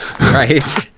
Right